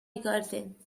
garden